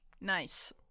Nice